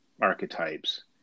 archetypes